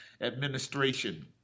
administration